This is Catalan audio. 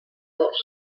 dos